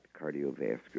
cardiovascular